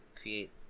create